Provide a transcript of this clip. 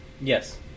Yes